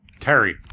Terry